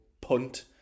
punt